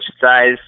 size